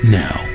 now